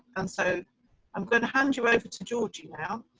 and so i'm going to hand you over to georgie now.